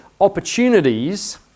opportunities